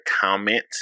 comment